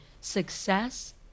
success